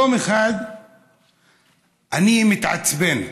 יום אחד אני מתעצבן,